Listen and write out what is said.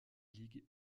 ligues